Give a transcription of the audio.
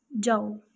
ਜਾਓ